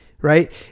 right